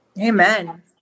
Amen